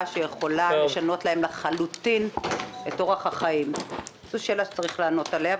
שיכולה לשנות להם לחלוטין את אורח החיים - זו שאלה שצריך לענות עליה.